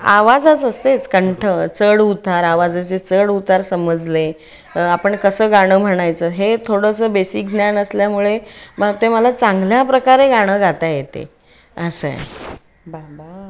आवाजच असते तेच कंठ चढ उतार आवाजाचे चढ उतार समजले आपण कसं गाणं म्हणायचं हे थोडंसं बेसिक ज्ञान असल्यामुळे मग ते मला चांगल्या प्रकारे गाणं गाता येते असं आहे बा बा